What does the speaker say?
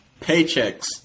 paychecks